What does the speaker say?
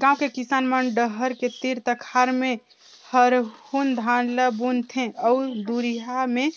गांव के किसान मन डहर के तीर तखार में हरहून धान ल बुन थें अउ दूरिहा में